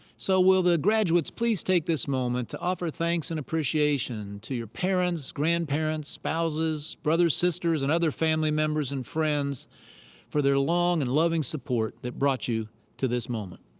so will the graduates please take this moment to offer thanks and appreciation to your parents, grandparents, spouses brothers, sisters, and other family members and friends for their long and loving support that brought you to this moment.